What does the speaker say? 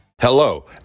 Hello